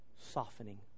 softening